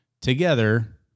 together